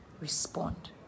respond